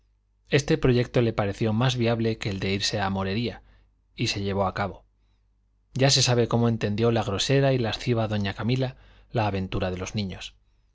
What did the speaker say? este proyecto le pareció más viable que el de irse a morería y se llevó a cabo ya se sabe cómo entendió la grosera y lasciva doña camila la aventura de los niños